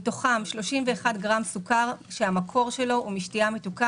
מתוכם 31 גרם סוכר שהמקור שלו הוא משתייה מתוקה.